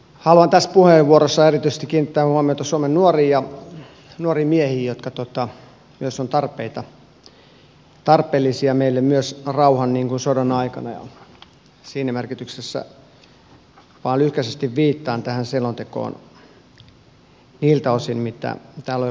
haluan tässä puheenvuorossa erityisesti kiinnittää huomiota suomen nuoriin ja nuoriin miehiin jotka ovat tarpeellisia meille myös rauhan niin kuin sodan aikana ja siinä merkityksessä vain lyhkäisesti viittaan tähän selontekoon niiltä osin mitä täällä on jo paljon kuultu